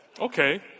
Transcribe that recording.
Okay